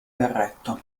berretto